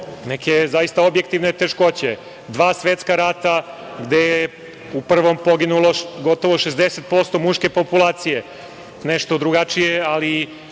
neke zaista objektivne teškoće. Dva svetska rata, gde u Prvom poginulo gotovo 60% muške populacije, nešto drugačije ali